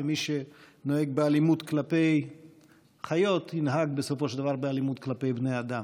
שמי שנוהג באלימות כלפי חיות ינהג בסופו של דבר באלימות כלפי בני אדם.